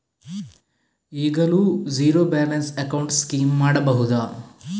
ಈಗಲೂ zero balance account scheme ಮಾಡಬಹುದಾ?